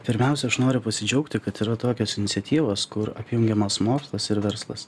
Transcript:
pirmiausia aš noriu pasidžiaugti kad yra tokios iniciatyvos kur apjungiamas mokslas ir verslas